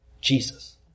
Jesus